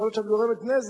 יכול להיות שאת גורמת נזק